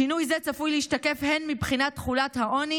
שינוי זה צפוי להשתקף הן מבחינת תחולת העוני